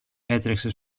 έτρεξε